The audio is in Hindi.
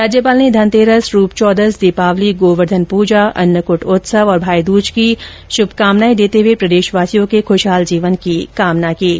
राज्यपाल ने धनतेरस रूप चौदस दीपावली गोवर्धन पूजा अन्नकूट उत्सव और भाई दूज की मंगल कामनाएं देते हुए प्रदेशवासियों के खुशहाल जीवन की कामना की है